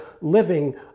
living